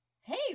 Hey